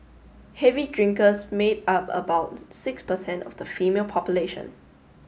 heavy drinkers made up about six percent of the female population